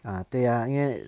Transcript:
ah 对呀因为